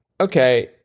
okay